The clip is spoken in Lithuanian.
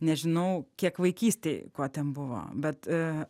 nežinau kiek vaikystėj ko ten buvo bet